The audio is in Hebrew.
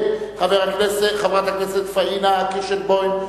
חברת הכנסת פאינה קירשנבאום,